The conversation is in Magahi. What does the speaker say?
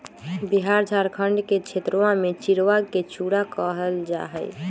बिहार झारखंड के क्षेत्रवा में चिड़वा के चूड़ा कहल जाहई